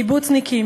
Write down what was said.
קיבוצניקים,